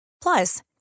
Plus